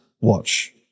watch